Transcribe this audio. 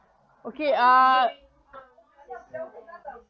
okay uh